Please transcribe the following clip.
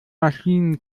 maschinen